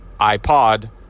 iPod